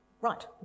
Right